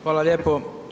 Hvala lijepo.